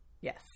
Yes